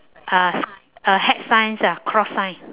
a a hex signs ah cross sign